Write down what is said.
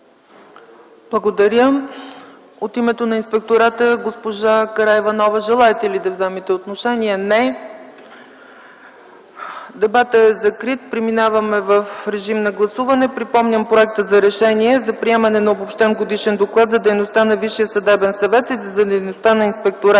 Благодаря. От името на Инспектората, госпожо Караиванова, желаете ли да вземете отношение? Не. Дебатът е закрит. Преминаваме към режим на гласуване. Припомням проекта за: „РЕШЕНИЕ за приемане на Обобщен годишен доклад за дейността на Висшия съдебен съвет и за дейността на Инспектората